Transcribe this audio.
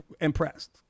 impressed